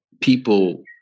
people